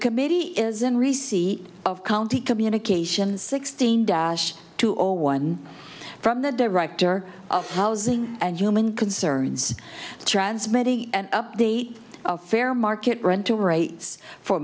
committee is in receipt of county communication sixteen dash two or one from the director of housing and human concerns transmitting an update of fair market rent to rates for